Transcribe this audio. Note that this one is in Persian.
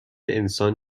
انسان